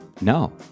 no